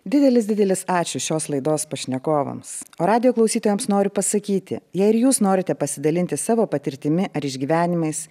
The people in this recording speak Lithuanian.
didelis didelis ačiū šios laidos pašnekovams o radijo klausytojams noriu pasakyti jei ir jūs norite pasidalinti savo patirtimi ar išgyvenimais